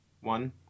One